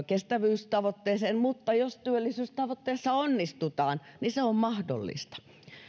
kestävyystavoitteeseen mutta jos työllisyystavoitteessa onnistutaan niin se on mahdollista